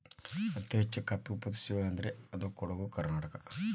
ಅತಿ ಹೆಚ್ಚು ಕಾಫಿ ಉತ್ಪಾದಿಸುವ ಜಿಲ್ಲೆ ಅಂದ್ರ ಕೊಡುಗು ಕರ್ನಾಟಕ